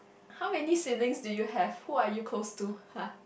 how many siblings do you have who are you close to !huh!